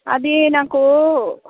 అదీ నాకు